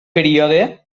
període